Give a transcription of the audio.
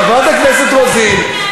חברת הכנסת רוזין,